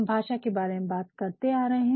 हम भाषा के बारे में बात करते आ रहे है